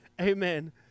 Amen